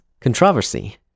controversy